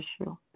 issue